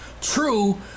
True